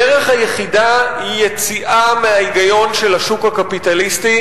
הדרך היחידה היא יציאה מההיגיון של השוק הקפיטליסטי